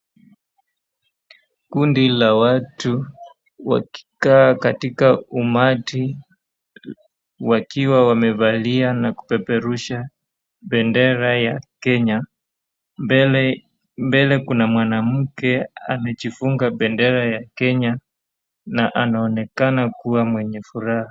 Kundi la watu wakikaa katika umati wakiwa wamevalia na kupeperusha bendera ya Kenya. Mbele kuna mwanamke amajifunga bendera ya Kenya na anaonekana kuwa mwenye furaha.